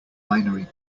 binary